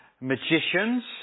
magicians